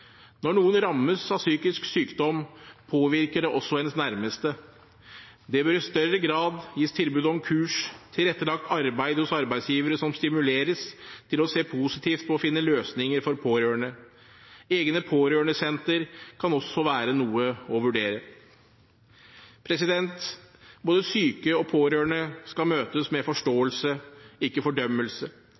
Når noen rammes av psykisk sykdom, påvirker det også ens nærmeste. Det bør i større grad gis tilbud om kurs og tilrettelagt arbeid hos arbeidsgivere som stimuleres til å se positivt på å finne løsninger for pårørende. Egne pårørendesentre kan også være noe å vurdere. Både syke og pårørende skal møtes med forståelse, ikke fordømmelse.